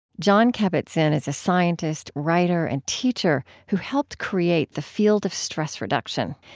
jon kabat-zinn is a scientist, writer, and teacher who helped create the field of stress reduction.